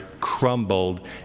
crumbled